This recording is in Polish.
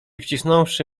wcisnąwszy